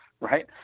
Right